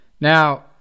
Now